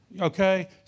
Okay